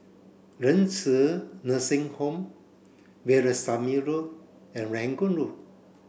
Renci Nursing Home Veerasamy Road and Rangoon Road